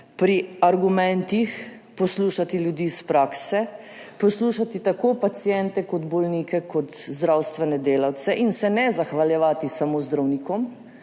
pri argumentih, poslušati ljudi iz prakse, poslušati tako paciente, bolnike kot zdravstvene delavce in se ne zahvaljevati samo zdravnikom,